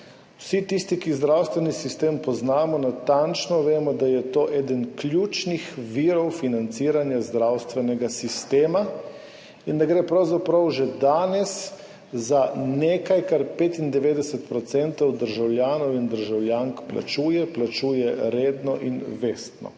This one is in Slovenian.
Vsi tisti, ki zdravstveni sistem poznamo, natančno vemo, da je to eden ključnih virov financiranja zdravstvenega sistema in da gre pravzaprav že danes za nekaj, kar plačuje 95 odstotkov državljanov in državljank, plačujejo redno in vestno.